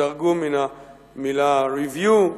תרגום מן המלה review,